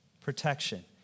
Protection